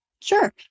Sure